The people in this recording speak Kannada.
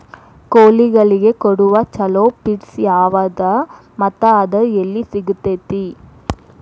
ಕೋಳಿಗಳಿಗೆ ಕೊಡುವ ಛಲೋ ಪಿಡ್ಸ್ ಯಾವದ ಮತ್ತ ಅದ ಎಲ್ಲಿ ಸಿಗತೇತಿ?